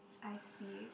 I see